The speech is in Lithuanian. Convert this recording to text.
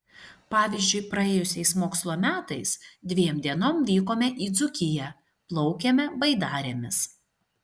pavyzdžiui praėjusiais mokslo metais dviem dienom vykome į dzūkiją plaukėme baidarėmis